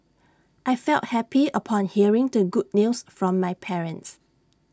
I felt happy upon hearing the good news from my parents